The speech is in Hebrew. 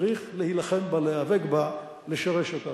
צריך להילחם בה, להיאבק, לשרש אותה.